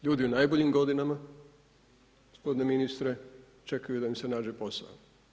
Ljudi u najboljim godinama gospodine ministre, čekaju da im se nađe posao.